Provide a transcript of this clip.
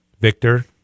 Victor